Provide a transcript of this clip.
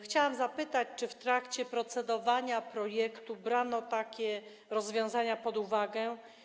Chciałabym zapytać, czy w trakcie procedowania projektu brano takie rozwiązanie pod uwagę?